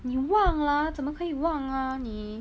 你忘了怎么可以忘啊你